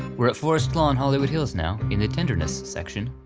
we're at forest lawn hollywood hills now in the tenderness section,